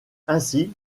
ainsi